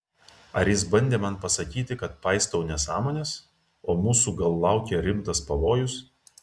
ar jis bandė man pasakyti kad paistau nesąmones o mūsų gal laukia rimtas pavojus